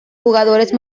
jugadores